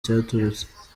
cyaturutse